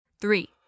Three